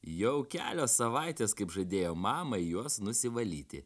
jau kelios savaitės kaip žadėjo mamai juos nusivalyti